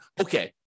okay